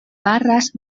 barras